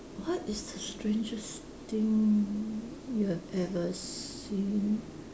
what is the strangest thing you have ever seen